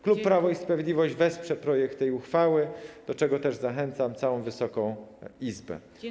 Klub Prawo i Sprawiedliwość wesprze projekt tej uchwały, do czego też zachęcam całą Wysoką Izbę.